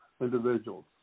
individuals